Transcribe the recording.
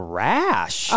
rash